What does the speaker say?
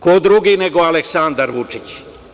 Ko drugi, nego Aleksandar Vučić.